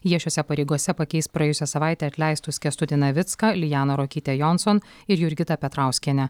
jie šiose pareigose pakeis praėjusią savaitę atleistus kęstutį navicką lianą ruokytę jonson ir jurgitą petrauskienę